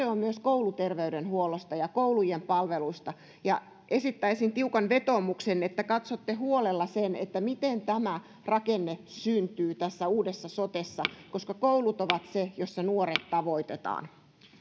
on myös kouluterveydenhuollosta ja koulujen palveluista esittäisin tiukan vetoomuksen että katsotte huolella sen miten tämä rakenne syntyy tässä uudessa sotessa koska koulut ovat ne missä nuoret tavoitetaan